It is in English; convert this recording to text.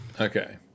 Okay